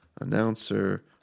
Announcer